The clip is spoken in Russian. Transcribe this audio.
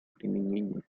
применения